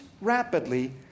rapidly